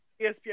ESPN